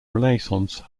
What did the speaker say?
renaissance